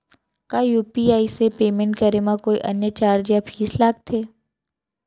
का यू.पी.आई से पेमेंट करे म कोई अन्य चार्ज या फीस लागथे?